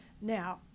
Now